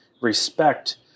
respect